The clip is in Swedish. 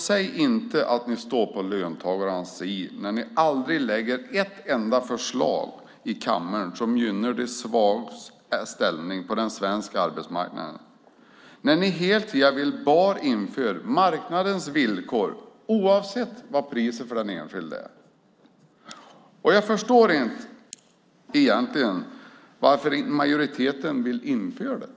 Säg inte att ni står på löntagarnas sida när ni aldrig lägger fram ett enda förslag i kammaren som gynnar de svagas ställning på den svenska arbetsmarknaden, när ni hela tiden bara vill införa marknadens villkor, oavsett vad priset för den enskilda är. Jag förstår egentligen inte varför majoriteten inte vill införa detta.